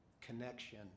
connection